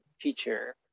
feature